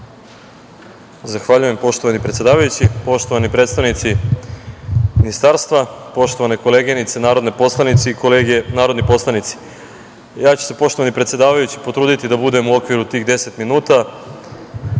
Zahvaljujem, poštovani predsedavajući. Poštovani predstavnici Ministarstva, poštovane koleginice narodne poslanice i kolege narodni poslanici, ja ću se, poštovani predsedavajući, potruditi da budem u okviru tih 10 minuta,